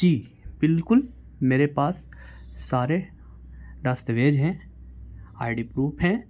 جی بالکل میرے پاس سارے دسستویج ہیں آئی ڈی پروف ہیں